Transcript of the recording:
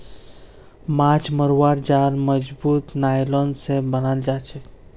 माछ मरवार जाल मजबूत नायलॉन स बनाल जाछेक